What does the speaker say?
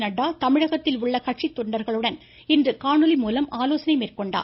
நட்டா தமிழகத்தில் உள்ள கட்சித்தொண்டர்களுடன் இன்று காணொலி மூலம் ஆலோசனை மேற்கொண்டார்